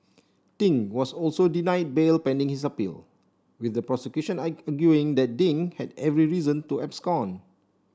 Ding was also denied bail pending his appeal with the prosecution arguing that Ding had every reason to abscond